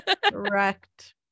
correct